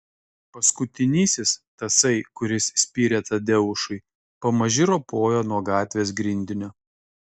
paskutinysis tasai kuris spyrė tadeušui pamaži ropojo nuo gatvės grindinio